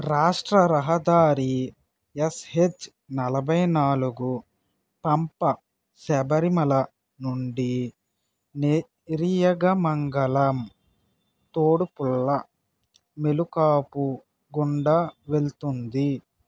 రాష్ట్ర రహదారి ఎస్హెచ్ నలభై నాలుగు పంప శబరిమల నుండి నెరియమంగళం తోడుపుల్ల మేలుకాకు గుండా వెళ్తుంది